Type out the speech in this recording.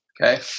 Okay